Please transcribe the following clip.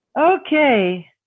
Okay